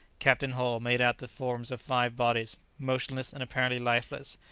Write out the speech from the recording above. captain hull made out the forms of five bodies, motionless and apparently lifeless,